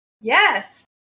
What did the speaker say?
Yes